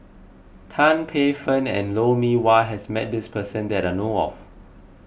Tan Paey Fern and Lou Mee Wah has met this person that I know of